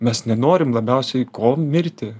mes nenorim labiausiai ko mirti